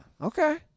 Okay